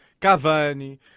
Cavani